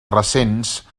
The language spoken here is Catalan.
recents